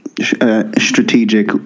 Strategic